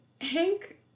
Hank